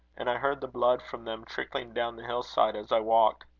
and i heard the blood from them trickling down the hill-side as i walked.